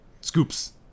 Scoops